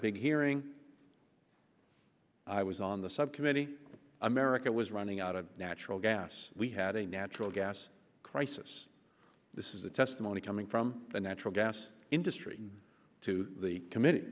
big hearing i was on the subcommittee america was running out of natural gas we had a natural gas crisis this is the testimony coming from the natural gas industry to the comm